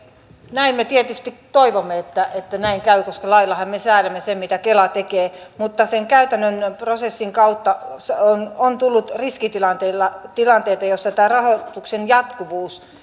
näin me tietysti toivomme että käy koska laillahan me säädämme sen mitä kela tekee mutta sen käytännön prosessin kautta on on tullut riskitilanteita joissa tämä rahoituksen jatkuvuus